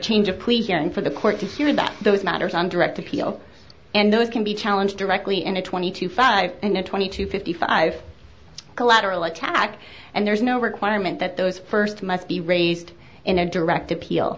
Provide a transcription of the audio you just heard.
hearing for the court to assume that those matters on direct appeal and those can be challenged directly in a twenty two five and twenty two fifty five collateral attack and there is no requirement that those first must be raised in a direct appeal